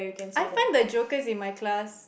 I find the jokers in my class